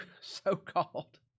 so-called